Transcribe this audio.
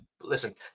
listen